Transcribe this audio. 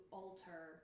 alter